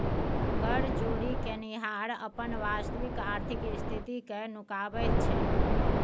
कर चोरि केनिहार अपन वास्तविक आर्थिक स्थिति कए नुकाबैत छै